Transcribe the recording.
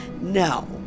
No